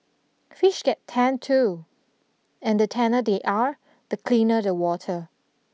fish get tanned too and the tanner they are the cleaner the water